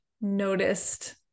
noticed